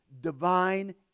divine